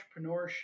entrepreneurship